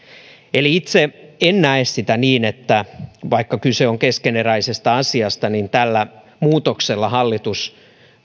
eli itse en näe sitä niin vaikka kyse on keskeneräisestä asiasta että tällä muutoksella hallitus